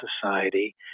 society